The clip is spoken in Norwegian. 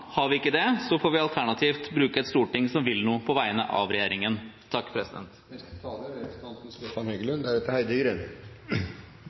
Har vi ikke det, får vi alternativt bruke et storting som vil noe på vegne av regjeringen. Samarbeidspartiene på borgerlig side gjør det som er